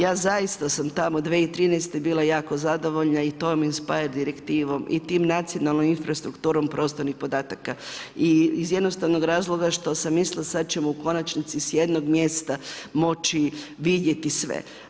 Ja zaista sam tamo 2013. bila jako zadovoljna … [[Govornica se ne razumije.]] direktivom i tim nacionalnom infrastrukturom prostornih podataka i iz jednostavnog razloga što sam mislila sad ćemo u konačnici s jednog mjesta moći vidjeti sve.